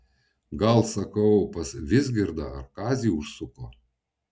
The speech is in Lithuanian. gal sakau pas vizgirdą ar kazį užsuko